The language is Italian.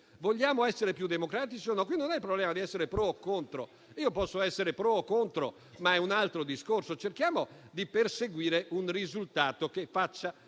Vogliamo essere più democratici o no? Qui non è il problema di essere pro o contro, io posso essere pro o contro, ma il discorso è un altro. Cerchiamo di perseguire un risultato che faccia